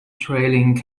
trailing